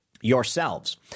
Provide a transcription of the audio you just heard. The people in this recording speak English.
yourselves